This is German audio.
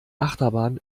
achterbahn